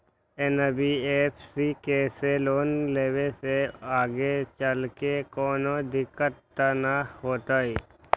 NBFC से loan लेबे से आगेचलके कौनो दिक्कत त न होतई न?